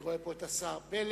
אני רואה פה את השר פלד.